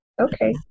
Okay